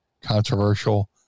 controversial